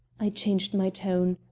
i changed my tone.